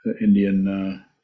Indian